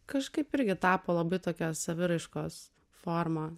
kažkaip irgi tapo labai tokia saviraiškos forma